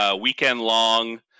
weekend-long